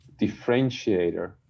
differentiator